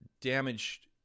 damaged